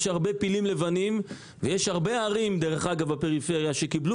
יש הרבה "פילים לבנים" ויש הרבה ערים בפריפריה שקיבלו